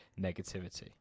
negativity